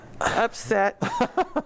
upset